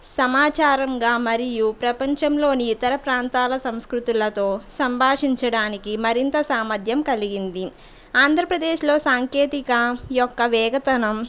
సమాచారంగా మరియు ప్రపంచంలోని ఇతర ప్రాంతాల సంస్కృతులతో సంభాషించడానికి మరింత సామర్థ్యం కలిగింది ఆంధ్రప్రదేశ్లో సాకేంతిక యొక్క వేగతనం